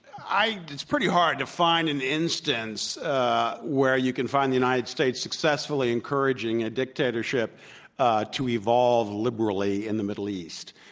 it's pretty hard to find an instance where you can find the united states successfully encouraging a dictatorship ah to evolve liberally in the middle east.